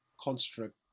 construct